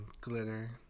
glitter